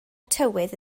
tywydd